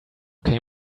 came